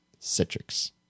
Citrix